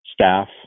staff